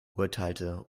urteilte